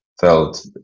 felt